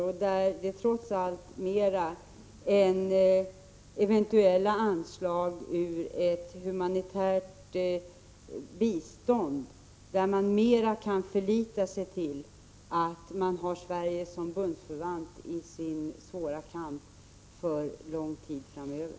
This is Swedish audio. På det sättet kan Nicaragua trots allt mer än genom anslag ur ett humanitärt bistånd förlita sig till att ha Sverige som bundsförvant i sin svåra kamp för lång tid framöver.